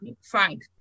Frank